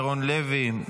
ירון לוי,